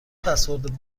پسورد